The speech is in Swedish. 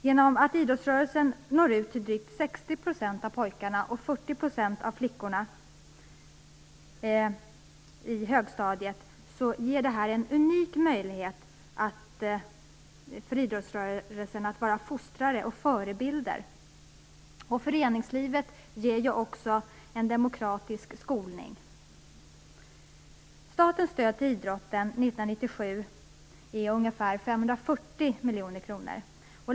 Genom att idrottsrörelsen når ut till drygt 60 % av pojkarna och 40 % av flickorna i högstadiet ger det en unik möjlighet för idrottsrörelsen att vara fostrare och förebilder. Föreningslivet ger ju också en demokratisk skolning. Statens stöd till idrotten 1997 är ungefär 540 miljoner kronor.